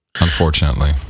Unfortunately